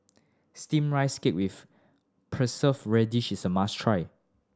steam rice cake with preserve radish is a must try